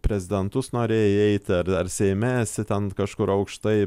prezidentus norėjai eiti ar ar seime esi ten kažkur aukštai